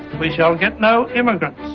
we shall get no immigrants.